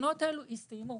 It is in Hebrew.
התקנות האלה נסתיימו.